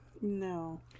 no